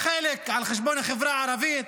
חלק על חשבון החברה הערבית,